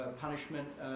Punishment